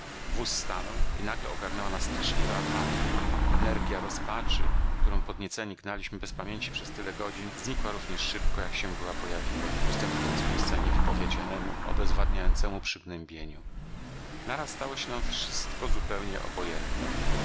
wóz stanął i nagle ogarnęła nas straszliwa apatja energja rozpaczy którą podnieceni gnaliśmy bez pamięci przez tyle godzin znikła równie szybko jak się była pojawiła ustępując miejsca niewypowiedzianemu obezwładniającemu przygnębieniu naraz stało nam się wszystko zupełnie obojętnem